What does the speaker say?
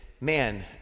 man